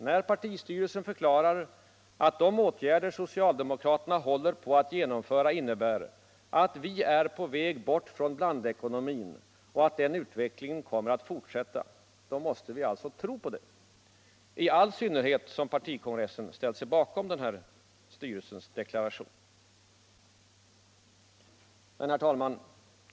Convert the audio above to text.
När partistyrelsen förklarar att de åtgärder som so cialdemokraterna håller på att genomföra innebär att vi är på väg bort från blandekonomin och att den utvecklingen kommer att fortsätta, då måste vi alltså tro på det. I all synnerhet som partikongressen ställt sig bakom styrelsens deklaration. Herr talman!